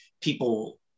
people